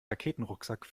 raketenrucksack